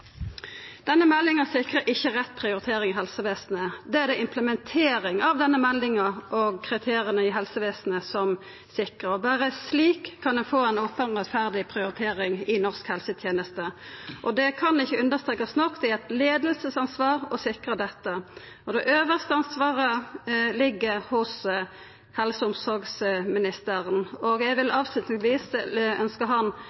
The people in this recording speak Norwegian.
Denne meldinga sikrar ikkje rett prioritering i helsevesenet. Det er det implementering av denne meldinga og kriteria i helsevesenet som sikrar, og berre slik kan ein få ei open og rettferdig prioritering i norsk helseteneste. Det kan ikkje understrekast nok at det er eit leiingsansvar å sikra dette, og det øvste ansvaret ligg hos helse- og omsorgsministeren. Eg vil avslutningsvis ønskja han